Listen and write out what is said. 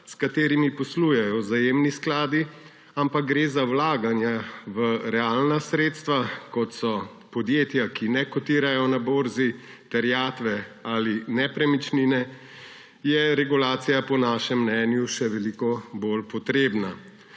s katerimi poslujejo vzajemni skladi, ampak gre za vlaganja v realna sredstva, kot so podjetja, ki ne kotirajo na borzi, terjatve ali nepremičnine, je regulacija po našem mnenju še veliko bolj potrebna.